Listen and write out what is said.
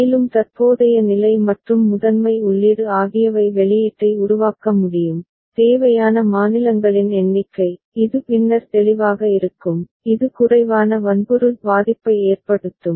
மேலும் தற்போதைய நிலை மற்றும் முதன்மை உள்ளீடு ஆகியவை வெளியீட்டை உருவாக்க முடியும் தேவையான மாநிலங்களின் எண்ணிக்கை இது பின்னர் தெளிவாக இருக்கும் இது குறைவான வன்பொருள் பாதிப்பை ஏற்படுத்தும்